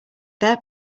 their